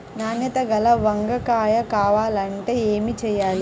నాణ్యత గల వంగ కాయ కావాలంటే ఏమి చెయ్యాలి?